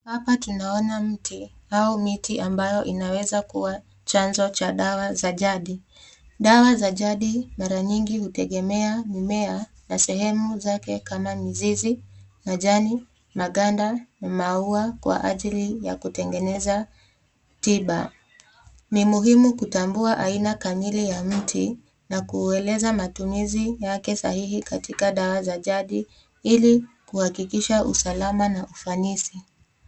Hapa tunaona mti au miti ambayo inaweza kuwa chanzo cha dawa za jadi. Dawa za jadi mara nyingi hutegemea mimea na sehemu zake kama mizizi, majani, maganda na maua kwa ajili ya kutengeneza tiba. Ni muhimu kutambua aina kamili ya mti na kueleza matumizi yake sahihi katika dawa za jadi ili kuhakikisha usalama na ufanisi.